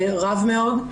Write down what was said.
עומס רב מאוד.